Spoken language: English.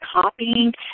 copying